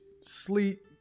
sleep